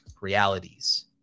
realities